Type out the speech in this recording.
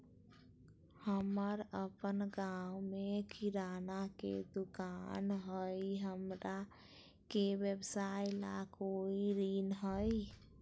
हमर अपन गांव में किराना के दुकान हई, हमरा के व्यवसाय ला कोई ऋण हई?